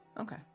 okay